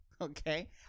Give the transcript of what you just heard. Okay